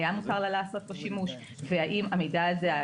היה מותר לה לעשות בו שימוש ואם השימוש